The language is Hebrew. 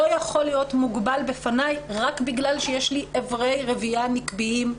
לא יכול להיות מוגבל בפניי רק בגלל שיש לי אברי רבייה נקביים,